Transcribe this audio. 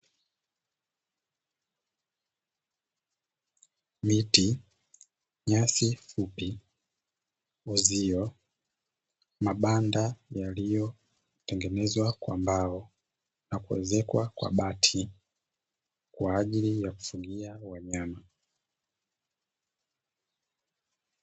Miti, nyasi fupi, uzio, mabanda yaliyotengenezwa kwa mbao na kuezekwa kwa bati; kwa ajili ya kufugia wanyama.